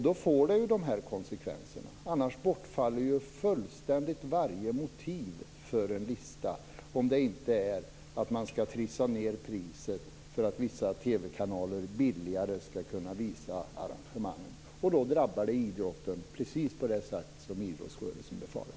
Då får det ju de här konsekvenserna. Varje motiv för en lista bortfaller ju fullständigt om det inte är så att man skall trissa ned priset för att vissa TV kanaler skall kunna visa arrangemangen billigare. Då drabbar det idrotten precis på det sätt som idrottsrörelsen befarar.